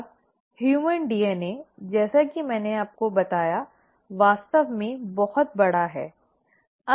अब मानव डीएनए जैसा कि मैंने आपको बताया वास्तव में बहुत बड़ा है